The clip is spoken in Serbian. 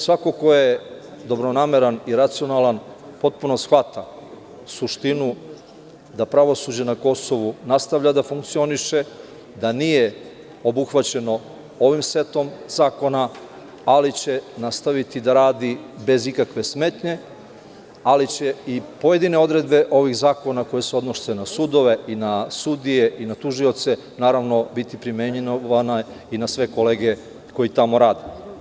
Svako ko je dobronameran i racionalan potpuno shvata suštinu da pravosuđe na Kosovu nastavlja da funkcioniše, da nije obuhvaćeno ovim setom zakona, ali će nastaviti da radi bez ikakve smetnje, ali će i pojedine odredbe ovih zakona koje se odnose na sudove i na sudije i na tužioce, naravno biti primenjeno i na sve kolege koji tamo rade.